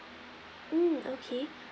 mm okay